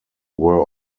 were